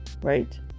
right